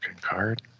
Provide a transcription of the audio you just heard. card